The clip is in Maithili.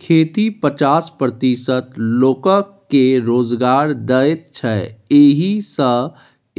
खेती पचास प्रतिशत लोककेँ रोजगार दैत छै एहि सँ